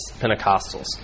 Pentecostals